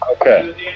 Okay